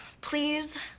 Please